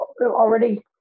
already